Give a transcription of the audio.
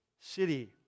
city